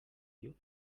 you